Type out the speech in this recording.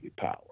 power